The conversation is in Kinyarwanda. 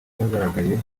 cyagaragaye